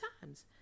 times